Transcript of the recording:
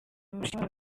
mushikiwabo